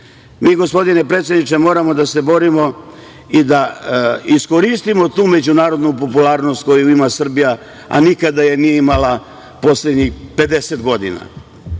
gospodine predsedniče, moramo da se borimo i da iskoristimo tu međunarodnu popularnost koju ima Srbija, a nikada je nije imala poslednjih 50 godina.